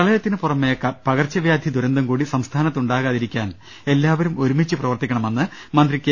പ്രളയത്തിനു പുറമെ പകർച്ചവ്യാധി ദുരന്തം കൂടി സംസ്ഥാനത്ത് ഉണ്ടാ കാതിരിക്കാൻ എല്ലാവരും ഒരുമിച്ച് പ്രവർത്തിക്കണമെന്ന് മന്ത്രി കെ